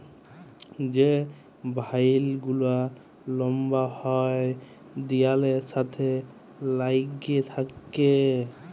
যে ভাইল গুলা লম্বা হ্যয় দিয়ালের সাথে ল্যাইগে থ্যাকে